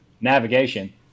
navigation